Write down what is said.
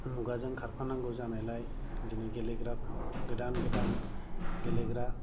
मुगाजों खारफानांगौ जानायलाय दिनै गेलेग्रा गोदान गोदान गेलेग्रा